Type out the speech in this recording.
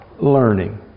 learning